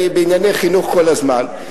אני בענייני חינוך כל הזמן.